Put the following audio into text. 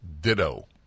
Ditto